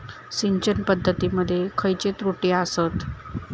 सिंचन पद्धती मध्ये खयचे त्रुटी आसत?